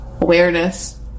awareness